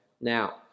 Now